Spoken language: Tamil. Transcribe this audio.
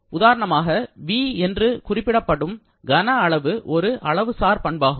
உதாரணமாக 'V' என்று குறிக்கப்படும் கன அளவு ஒரு அளவுசார் பண்பாகும்